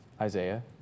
Isaiah